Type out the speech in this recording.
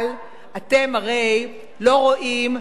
אבל אתם הרי לא רואים,